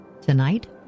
tonight